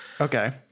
Okay